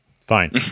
Fine